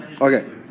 Okay